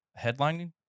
headlining